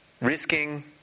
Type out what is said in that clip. Risking